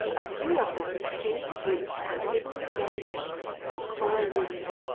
a few of them came to grief on hidden sandbanks and coral reefs,